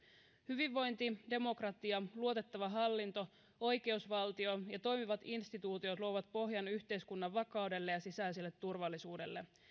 hyvinvointi demokratia luotettava hallinto oikeusvaltio ja toimivat instituutiot luovat pohjan yhteiskunnan vakaudelle ja sisäiselle turvallisuudelle